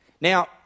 Now